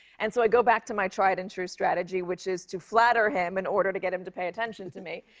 and so i go back to my tried and true strategy, which is to flatter him in order to get him to pay attention to me.